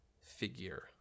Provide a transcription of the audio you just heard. figure